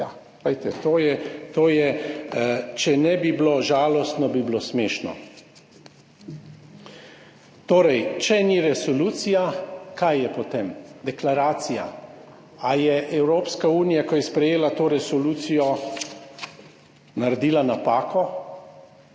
to je, če ne bi bilo žalostno, bi bilo smešno. Torej, če ni resolucija, kaj je potem, deklaracija? A je Evropska unija, ko je sprejela to resolucijo naredila napako?